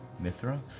Mithra